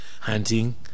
hunting